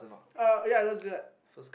uh ya let's do that